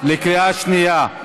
בקריאה שנייה.